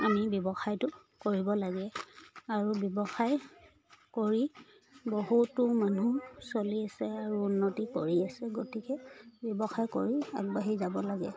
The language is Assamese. আমি ব্যৱসায়টো কৰিব লাগে আৰু ব্যৱসায় কৰি বহুতো মানুহ চলি আছে আৰু উন্নতি কৰি আছে গতিকে ব্যৱসায় কৰি আগবাঢ়ি যাব লাগে